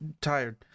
tired